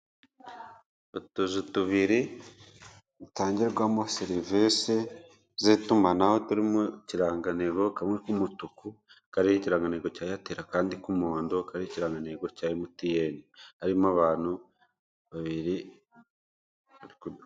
Utuzu tubiri dutangirwamo serivise z'itumanaho turi mu kirangantego, kamwe k'umutuku kariho ikirangantego cya eyateri akandi k'umuhondo kariho ikirangantego cya emutiyeni, harimo abantu babiri.